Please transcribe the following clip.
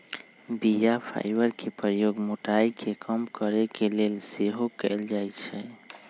बीया फाइबर के प्रयोग मोटाइ के कम करे के लेल सेहो कएल जाइ छइ